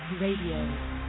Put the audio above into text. RADIO